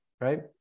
right